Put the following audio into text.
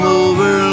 over